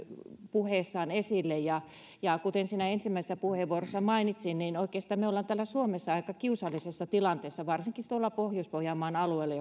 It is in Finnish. puheessaan esille ja ja kuten siinä ensimmäisessä puheenvuorossa mainitsin niin oikeastaan me olemme täällä suomessa aika kiusallisessa tilanteessa varsinkin tuolla pohjois pohjanmaan alueella